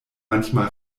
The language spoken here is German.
manchmal